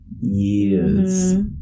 years